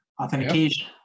authentication